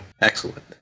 Excellent